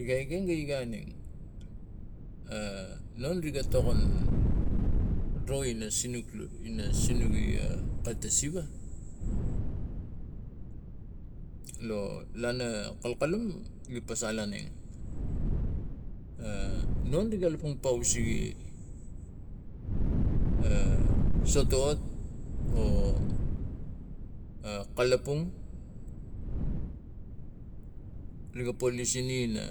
Igai ekeng ga igai aneng a no riga tokon ro ina lain kata siva lo lana kalkalu gi pasal aneng a non ri kalapang pou sege a sotot oa kalapang riga polu sene ina